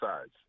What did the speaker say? sides